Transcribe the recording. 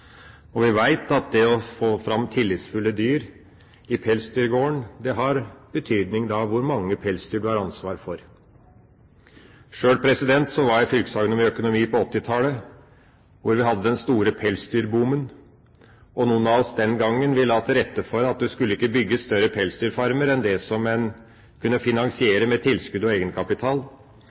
å få fram tillitsfulle dyr i pelsdyrgården, har det betydning hvor mange pelsdyr man har ansvaret for. Sjøl var jeg fylkesagronom i økonomi på 1980-tallet, da vi hadde den store pelsdyrboomen. Noen av oss la den gang til rette for at man ikke skulle bygge større pelsdyrfarmer enn det man kunne finansiere med tilskudd og egenkapital.